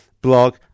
blog